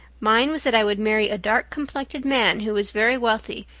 mine was that i would marry a dark-complected man who was very wealthy,